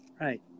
Right